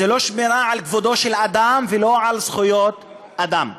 זו לא שמירה על כבודו של אדם ולא על זכויות אדם.